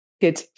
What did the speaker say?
good